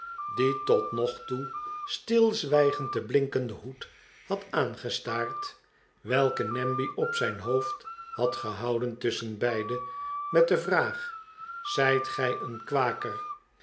die tot nog toe stilzwijgend den blinkenden hoed had aangestaard welken namby op zijn hoofd had gehouden tusschenbeide met de vraag zijt gij een kwaker